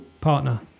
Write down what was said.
partner